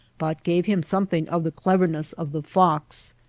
but gave him something of the clever ness of the fox.